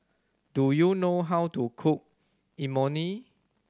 do you know how to cook Imoni